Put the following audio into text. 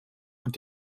und